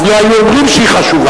אז לא היו אומרים שהיא חשובה.